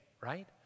right